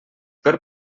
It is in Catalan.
per